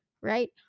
right